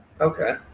Okay